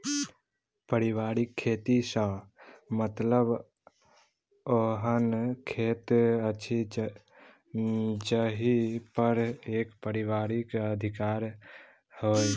पारिवारिक खेत सॅ मतलब ओहन खेत अछि जाहि पर एक परिवारक अधिकार होय